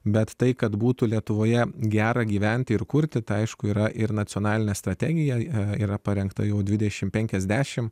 bet tai kad būtų lietuvoje gera gyventi ir kurti tai aišku yra ir nacionalinė strategija yra parengta jau dvidešim penkiasdešim